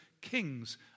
kings